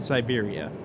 Siberia